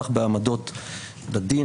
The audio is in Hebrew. כך בהעמדות לדין,